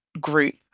group